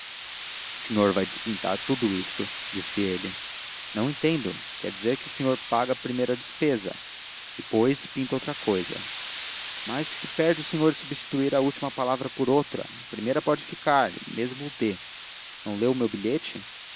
senhor vai despintar tudo isto disse ele não entendo quer dizer que o senhor paga primeiro a despesa depois pinto outra cousa mas que perde o senhor em substituir a última palavra por outra a primeira pode ficar e mesmo o d não leu o meu bilhete